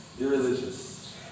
irreligious